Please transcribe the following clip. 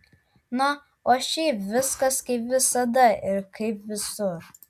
na o šiaip viskas kaip visada ir kaip visur